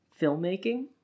filmmaking